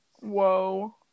Whoa